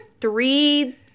three